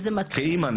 כאמא.